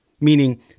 meaning